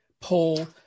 poll